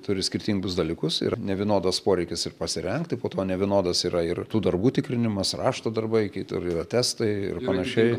turi skirtingus dalykus ir nevienodas poreikis ir pasirengti po to nevienodas yra ir tų darbų tikrinimas rašto darbai kitur yra testai ir panašiai